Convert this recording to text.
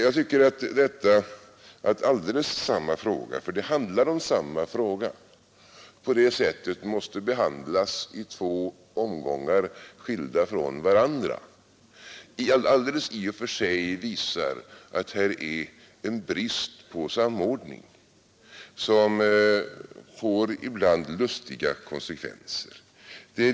Jag tycker att detta förhållande att alldeles samma fråga måste behandlas i två omgångar skilda från varandra visar att det här finns en brist på samordning som ibland får lustiga konsekvenser.